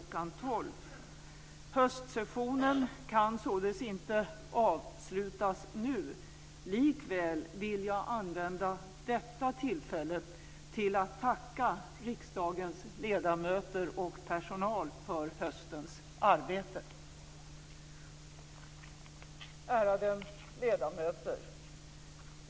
12. Höstsessionen kan således inte avslutas nu. Likväl vill jag använda detta tillfälle till att tacka riksdagens ledamöter och personal för höstens arbete. Ärade ledamöter!